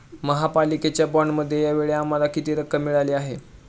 महापालिकेच्या बाँडमध्ये या वेळी आम्हाला किती रक्कम मिळाली आहे?